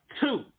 two